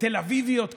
אביביות כאלה,